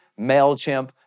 MailChimp